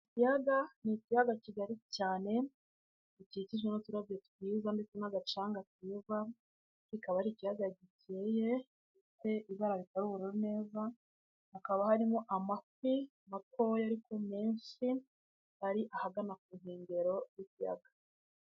Ikiyaga, ni ikiyaga kigari cyane, gikikijwe n'uturabyo twiza ndetse n'agacanga keza, kikaba ari ikiyaga gikeye, gifite ibara ritari ubururu neza, hakaba harimo amafi matoya ariko menshi, akaba ari ahagana ku nkengero z'ikiyaga.